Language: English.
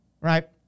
right